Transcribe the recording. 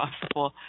possible